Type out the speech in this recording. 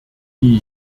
die